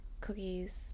cookies